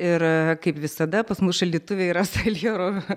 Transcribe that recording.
ir kaip visada pas mus šaldytuve yra saliero